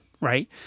Right